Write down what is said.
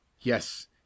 Yes